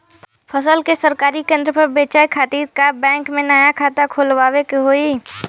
फसल के सरकारी केंद्र पर बेचय खातिर का बैंक में नया खाता खोलवावे के होई?